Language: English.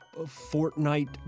Fortnite